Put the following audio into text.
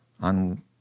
on